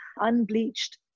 unbleached